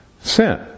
sin